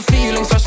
Feelings